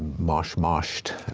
mosh moshed,